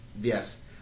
Yes